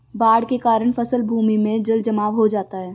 बाढ़ के कारण फसल भूमि में जलजमाव हो जाता है